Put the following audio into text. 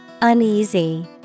Uneasy